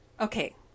Okay